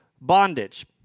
bondage